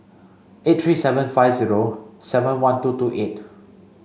eight three seven five zero seven one two two eight